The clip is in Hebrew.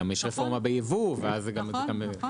גם יש רפורמה ביבוא, וזה תמיד